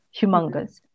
humongous